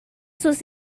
sus